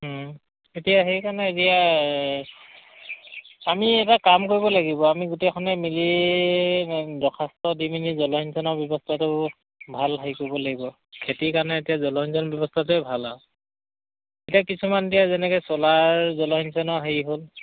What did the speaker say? এতিয়া সেইকাৰণে এতিয়া আমি এটা কাম কৰিব লাগিব আমি গোটেইখনে মিলি দৰ্খাস্ত দি মিনি জলসিঞ্চনৰ ব্যৱস্থাটো ভাল হেৰি কৰিব লাগিব খেতিৰ কাৰণে এতিয়া জলসিঞ্চন ব্যৱস্থাটোৱে ভাল আৰু এতিয়া কিছুমান এতিয়া যেনেকে চোলাৰ জলসিঞ্চনৰ হেৰি হ'ল